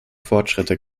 fortschritte